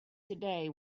today